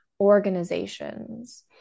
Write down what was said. organizations